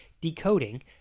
decoding